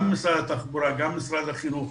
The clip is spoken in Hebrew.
גם משרד התחבורה, גם משרד החינוך,